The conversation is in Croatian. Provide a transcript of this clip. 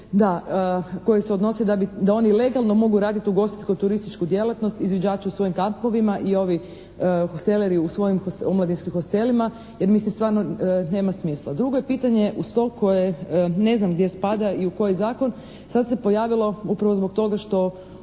koje se odnose da oni legalno mogu raditi u ugostiteljsko-turističku djelatnost, izviđači u svojim kampovima i ovi hosteleri u svojim omladinskim hostelima jer mislim stvarno nema smisla. Drugo je pitanje uz to koje ne znam gdje spada i u koji zakon sad se pojavilo upravo zbog toga što